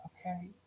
Okay